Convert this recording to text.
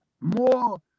more